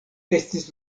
estis